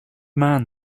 man